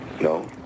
No